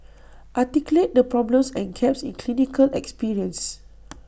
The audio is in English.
articulate the problems and gaps in clinical experience